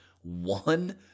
One